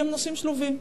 כי הם נושאים שלובים.